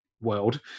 world